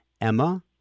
Emma